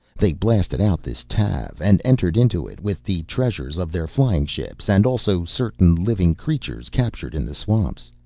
they blasted out this tav and entered into it with the treasures of their flying ships and also certain living creatures captured in the swamps.